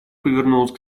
повернулась